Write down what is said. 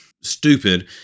stupid